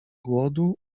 głodu